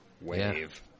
wave